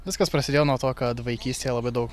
viskas prasidėjo nuo to kad vaikystėje labai daug